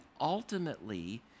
ultimately